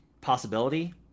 possibility